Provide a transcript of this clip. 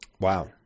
wow